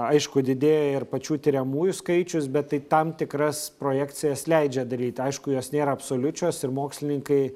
aišku didėja ir pačių tiriamųjų skaičius bet tai tam tikras projekcijas leidžia daryt aišku jos nėra absoliučios ir mokslininkai